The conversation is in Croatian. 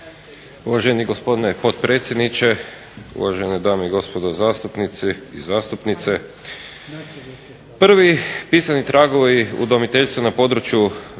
Uvaženi gospodine potpredsjedniče, uvažene dame i gospodo zastupnici i zastupnice. Prvi pisani tragovi udomiteljstva na području